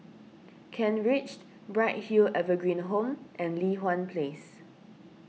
Kent Ridge Bright Hill Evergreen Home and Li Hwan Place